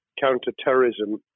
counter-terrorism